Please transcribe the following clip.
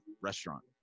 restaurant